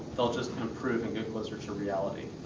they'll just improve and get closer to reality.